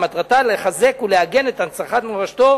שמטרתה לחזק ולעגן את הנצחת מורשתו